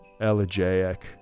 elegiac